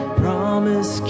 promise